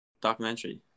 documentary